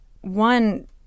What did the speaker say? One